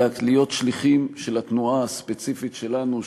אלא להיות שליחים של התנועה הספציפית שלנו,